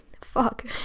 fuck